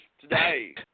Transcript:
today